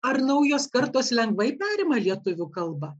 ar naujos kartos lengvai perima lietuvių kalba